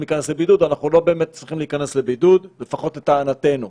השב"כ נכנס אחרון,